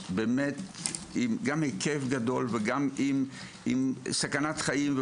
גם עם היקף גדול וגם עם סכנת חיים,